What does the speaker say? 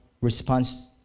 response